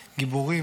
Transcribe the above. גיבורים,